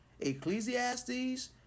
Ecclesiastes